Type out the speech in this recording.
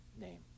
name